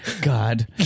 God